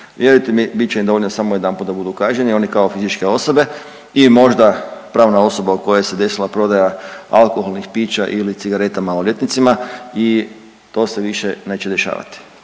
Vjerujte mi bit će im dovoljno samo jedanput da budu kažnjeni oni kao fizičke osobe i možda pravna osoba u kojoj se desila prodaja alkoholnih pića ili cigareta maloljetnicima i to se više neće dešavati.